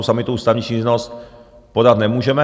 Sami tu ústavní stížnost podat nemůžeme.